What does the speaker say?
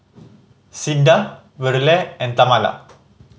Cinda Verle and Tamala